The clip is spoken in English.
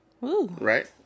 Right